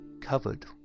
covered